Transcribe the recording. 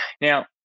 Now